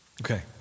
Okay